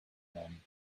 man